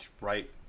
Right